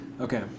Okay